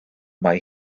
mae